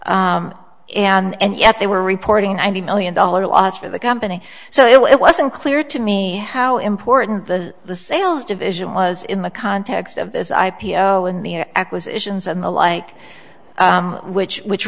and yet they were reporting ninety million dollars loss for the company so it was unclear to me how important the the sales division was in the context of this i p o in the acquisitions and the like which which